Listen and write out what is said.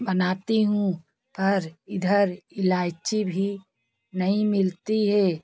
बनाती हूँ पर इधर इलाइची भी नहीं मिलती है